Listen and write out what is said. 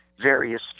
various